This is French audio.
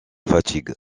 fatigue